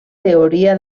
teoria